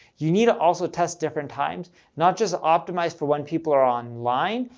you need to also test different times, not just optimize for when people are online,